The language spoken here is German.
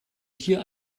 dir